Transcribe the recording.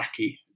wacky